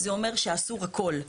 זה אומר שאסור הכול.